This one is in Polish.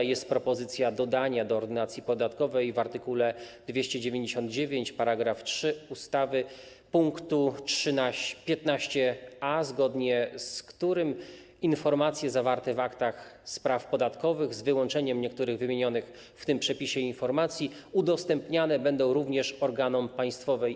Jest propozycja dodania do Ordynacji podatkowej w art. 299 w § 3 ustawy pkt 15a, zgodnie z którym informacje zawarte w aktach spraw podatkowych, z wyłączeniem niektórych wymienionych w tym przepisie informacji, udostępniane będą również organom Państwowej